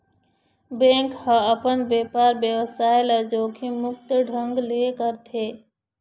bank ह अपन बेपार बेवसाय ल जोखिम मुक्त ढंग ले करथे